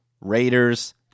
Raiders